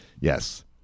Yes